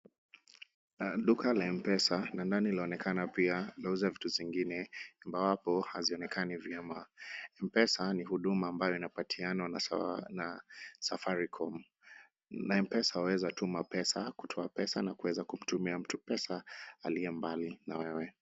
Duka la Mpesa na ndani pia laonekana linauza vitu zingine ingawapo hazionekani vyema. Mpesa ni huduma ambayo inapatianwa na Safaricom, na Mpesa waweza tuma pesa, kutoa pesa na kuweza kumutumia mtu pesa aliye mbali na wewe.